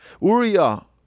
Uriah